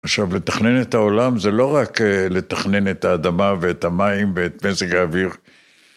עכשיו, לתכנן את העולם זה לא רק לתכנן את האדמה ואת המים ואת מזג האוויר.